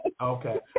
okay